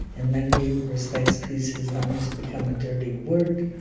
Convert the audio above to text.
in many respects peace has almost become a dirty word.